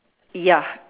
ya